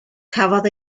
cafodd